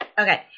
Okay